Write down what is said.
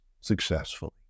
successfully